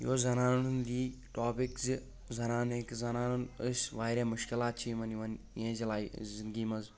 یہِ اوس زنانن ہُنٛدٕے ٹاپِک زِ زنان ہیٚکہِ زنانن أسۍ واریاہ مُشکِلات چھِ یِمن یِوان یِہنٛزِ لای زِنٛدگی منٛز